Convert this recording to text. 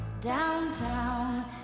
downtown